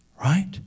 right